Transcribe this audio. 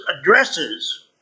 addresses